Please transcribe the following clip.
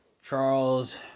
Charles